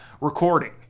recording